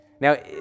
Now